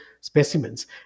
specimens